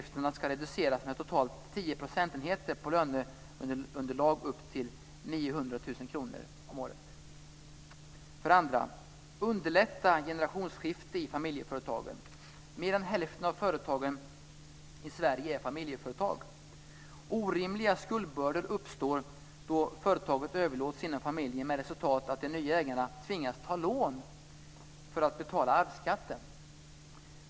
För det tredje: Underlätta generationsskifte i familjeföretagen. Mer än hälften av företagen i Sverige är familjeföretag. Orimliga skuldbördor uppstår då företaget överlåts inom familjen med resultat att de nya ägarna tvingas ta lån för att betala arvsskatten.